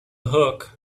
hook